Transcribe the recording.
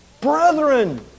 Brethren